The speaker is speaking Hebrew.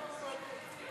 הצעה מצוינת.